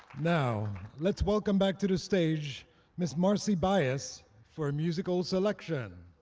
now, let's welcome back to the stage ms. marcy baez for a musical selection.